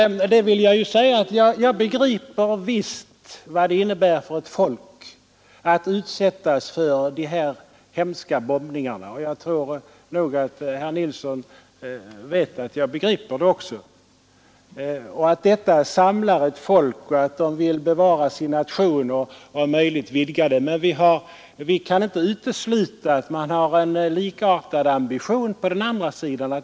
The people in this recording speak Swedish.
Jag begriper förvisso vad det innebär för ett folk att utsättas för de här hemska bombningarna. Jag tror nog att herr Nilsson också vet att jag begriper det och att sådana prövningar kan samla ett folk till kamp för att bevara nationen och om möjligt vidga den. Men vi kan inte utesluta att man har en likartad ambition på den andra sidan.